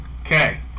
okay